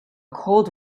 cold